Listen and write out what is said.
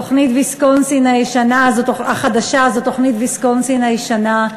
תוכנית ויסקונסין החדשה זאת תוכנית ויסקונסין הישנה,